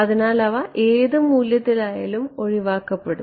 അതിനാൽ അവ ഏത് മൂല്യത്തിലായാലും ഒഴിവാക്കപ്പെടും